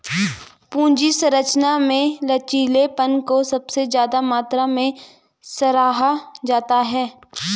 पूंजी संरचना में लचीलेपन को सबसे ज्यादा मात्रा में सराहा जाता है